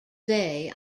day